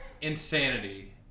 Insanity